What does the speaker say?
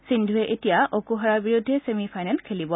সিন্ধুৱে এতিয়া অকুহাৰৰ বিৰুদ্ধে ছেমি ফাইনেল খেলিব